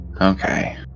Okay